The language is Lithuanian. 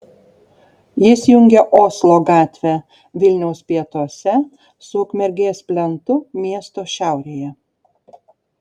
jis jungia oslo gatvę vilniaus pietuose su ukmergės plentu miesto šiaurėje